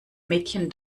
mädchen